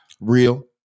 Real